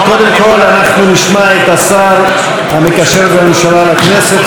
קודם כול אנחנו נשמע את השר המקשר בין הממשלה לכנסת,